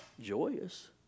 joyous